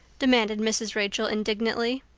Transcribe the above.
demanded mrs. rachel indignantly.